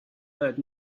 heard